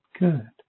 Good